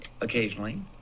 Occasionally